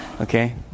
Okay